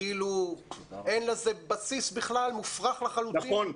כאילו אין לזה בסיס בכלל, זה מופרך לחלוטין?